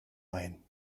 ein